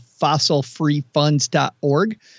FossilFreeFunds.org